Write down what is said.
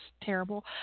terrible